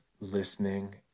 listening